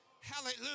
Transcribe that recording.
Hallelujah